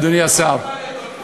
אדוני השר,